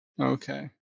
Okay